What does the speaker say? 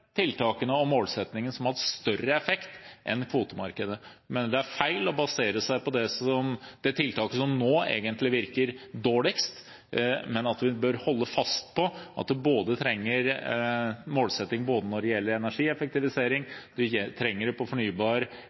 og tiltak enn kvotemarkedet som har hatt større effekt. Jeg mener det er feil å basere seg på det tiltaket som egentlig virker dårligst. Vi trenger målsettinger når det gjelder både energieffektivisering og fornybar energi. Vi